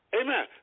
Amen